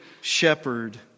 shepherd